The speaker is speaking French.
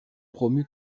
promu